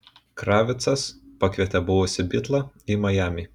kravitcas pakvietė buvusį bitlą į majamį